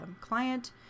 client